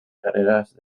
carreras